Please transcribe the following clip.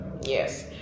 yes